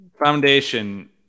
Foundation